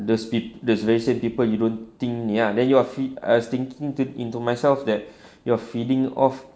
the speed reservation people you don't think ya then your feed I was thinking to into myself that you're feeding of